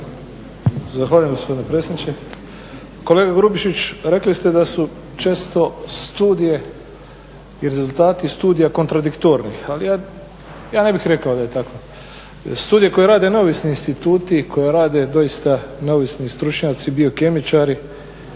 Zahvaljujem gospodine predsjedniče. Kolega Grubišić, rekli ste da su često studije i rezultati studija kontradiktorni, ali ja ne bih rekao da je tako. Studije koje rade neovisni instituti i koje rade doista neovisni stručnjaci, biokemičari